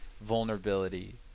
vulnerability